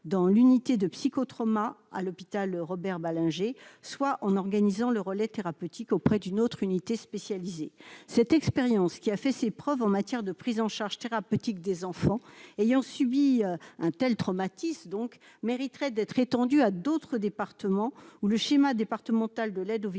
dans l'unité de psycho-trauma à l'hôpital Robert Ballanger soit en organisant le relais thérapeutique auprès d'une autre unité spécialisée cette expérience qui a fait ses preuves en matière de prise en charge thérapeutique des enfants ayant subi un tels traumatismes donc mériteraient d'être étendue à d'autres départements où le schéma départemental de l'aide aux victimes,